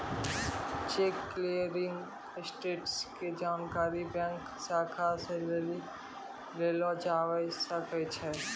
cheque clearing status के जानकारी bank शाखा से लेलो जाबै सकै छै